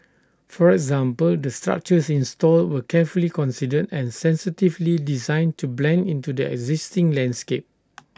for example the structures installed were carefully considered and sensitively designed to blend into the existing landscape